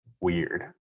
weird